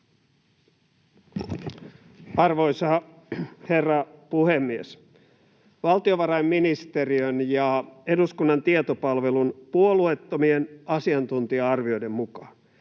Arvoisa herra puhemies! Valtiovarainministeriön ja eduskunnan tietopalvelun puolueettomien asiantuntija-arvioiden mukaan